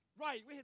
right